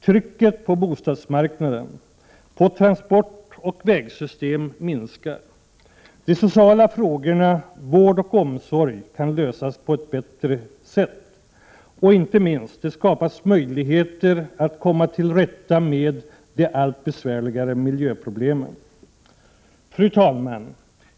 Trycket på bostadsmarknaden, transportoch vägsystemen minskar. De sociala frågorna, vård och omsorg, kan också lösas på ett bättre sätt. Inte minst skapas det möjligheter att komma till rätta med de allt besvärligare miljöproblemen. Fru talman!